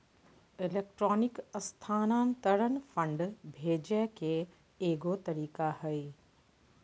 electronic स्थानान्तरण fund भेजे के एगो तरीका हइ